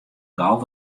gau